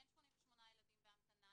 אין 88 ילדים בהמתנה,